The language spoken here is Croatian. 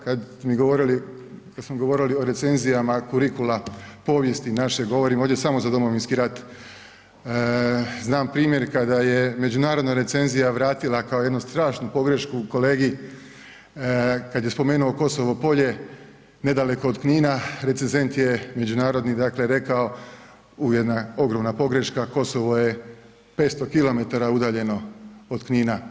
Kad mi govorili, kad smo govorili o recenzijama kurikula povijesti naše govorim ovdje samo za Domovinski rat, znam primjer kada je međunarodna recenzija vratila kao jednu strašnu pogrešku kolegi, kad je spomenuo Kosovo polje nedaleko od Knina, recenzent je međunarodni dakle rekao, u jedna ogromna pogreška Kosovo je 500 km udaljeno od Knina.